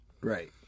Right